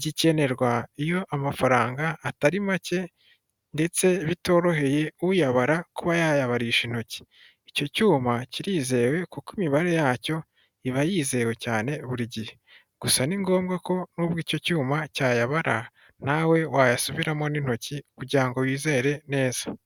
gikenerwa iyo amafaranga atari make ndetse bitoroheye uyabara kuba yayabarisha intoki icyo cyuma kirizewe kuko imibare yacyo iba yizewe cyane buri gihe gusa ni ngombwa ko nubwo icyo cyuma cyayabara nawe wayasubiramo n'intoki kugira ngo wizere neza .